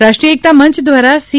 રાષ્ટ્રીય એકતા મંચ દ્વારા સી